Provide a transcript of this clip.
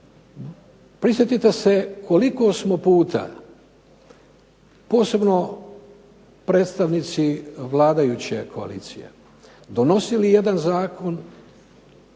prisjetite se koliko smo puta, posebno predstavnici vladajuće koalicije donosili jedan zakon,